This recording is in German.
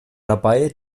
dabei